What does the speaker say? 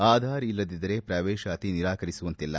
ಆಧಾರ ಇಲ್ಲದಿದ್ದರೆ ಪ್ರವೇಶಾತಿ ನಿರಾಕರಿಸುವಂತಿಲ್ಲ